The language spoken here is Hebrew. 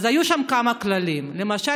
אז היו שם כמה כללים: למשל,